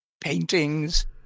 paintings